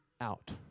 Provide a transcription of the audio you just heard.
out